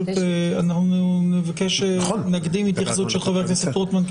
אנחנו נקדים התייחסות של חבר הכנסת רוטמן,